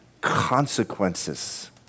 consequences